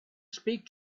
speak